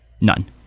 None